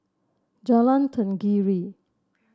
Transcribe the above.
Jalan Tenggiri